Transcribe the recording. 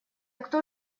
кто